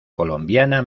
colombiana